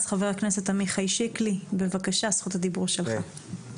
חבר הכנסת עמיחי שיקלי, בבקשה, זכות הדיבור שלך.